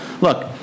Look